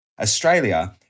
Australia